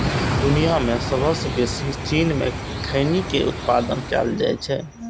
दुनिया मे सबसं बेसी चीन मे खैनी के उत्पादन कैल जाइ छै